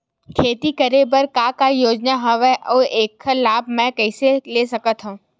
खेती करे बर का का योजना हवय अउ जेखर लाभ मैं कइसे ले सकत हव?